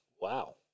Wow